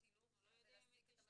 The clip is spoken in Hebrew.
הילוך --- אנחנו לא יודעים אם היא תשתנה.